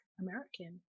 American